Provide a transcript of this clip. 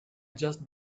just